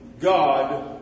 God